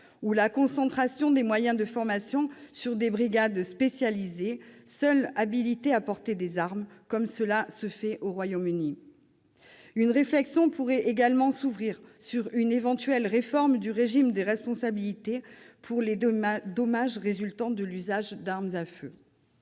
ou la concentration des moyens de formation sur des brigades spécialisées seules habilitées à porter des armes, comme cela se fait au Royaume-Uni. Une réflexion pourrait également s'ouvrir sur une éventuelle réforme du régime de responsabilité pour les dommages résultant de l'usage d'armes à feu.